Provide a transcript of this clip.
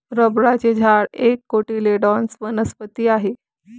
रबराचे झाड एक कोटिलेडोनस वनस्पती आहे